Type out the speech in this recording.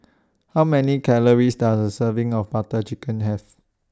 How Many Calories Does A Serving of Butter Chicken Have